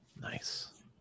Nice